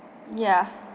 yeah